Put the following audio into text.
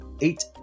eight